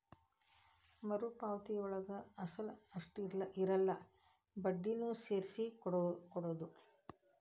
ಸಾಲ ಮರುಪಾವತಿಯೊಳಗ ಅಸಲ ಅಷ್ಟ ಇರಲ್ಲ ಬಡ್ಡಿನೂ ಸೇರ್ಸಿ ಕೊಡೋದ್